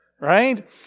right